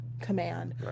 command